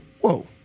whoa